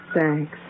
thanks